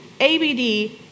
ABD